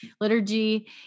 liturgy